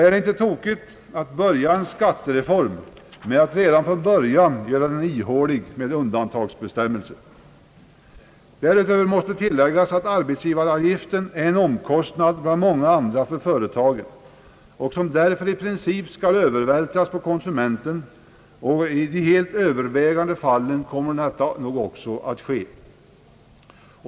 Är det inte tokigt att starta en skattereform med att redan från början göra den ihålig med undantagsbestämmelser? Därutöver måste tilläggas att arbetsgivaravgiften är en omkostnad bland många andra för företagen och därför i princip skall övervältras på konsumenten. I det helt övervägande antalet fall kommer nog detta också att ske.